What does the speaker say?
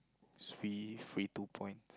is free free two points